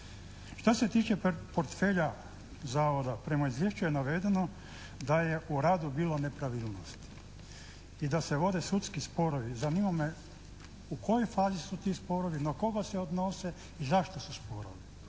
Što se tiče portfelja zavoda prema izvješću je navedeno da je u radu bilo nepravilnosti i da se vode sudski sporovi. Zanima me u kojoj fazi su ti sporovi, na koga se odnose i zašto su sporovi.